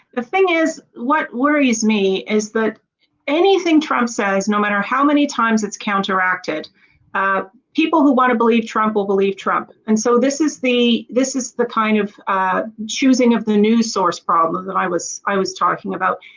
the thing is what worries me is that anything trump says no matter how many times it's counteracted people who want to believe trump will believe trump and so this is the this is the kind of choosing of the new source problem that i was i was talking about.